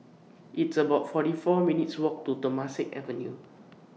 It's about forty four minutes' Walk to Temasek Avenue